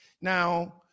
Now